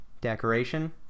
decoration